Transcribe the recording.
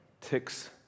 ticks